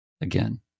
again